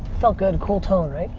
felt good, cool tone, right